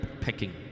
pecking